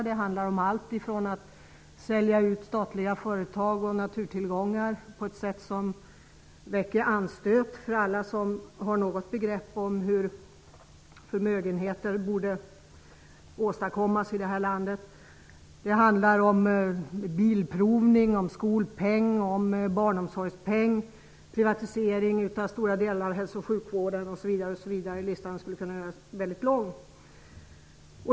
Det handlar om allt från att sälja ut statliga företag och naturtillgångar på ett sätt som väcker anstöt för alla som har något begrepp om hur förmögenheter borde åstadkommas i vårt land. Det handlar om bilprovning, skolpeng, barnomsorgspeng, privatisering av stora delar av hälso och sjukvården osv. Listan skulle kunna göras mycket lång.